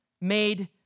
made